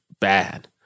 bad